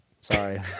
Sorry